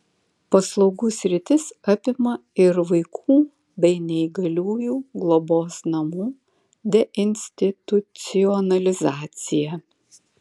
paslaugų sritis apima ir vaikų bei neįgaliųjų globos namų deinstitucionalizaciją